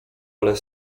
ale